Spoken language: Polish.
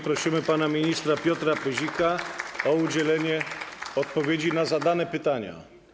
Prosimy pana ministra Piotra Pyzika o udzielenie odpowiedzi na zadane pytania.